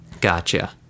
Gotcha